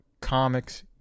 comics